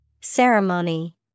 Ceremony